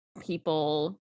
people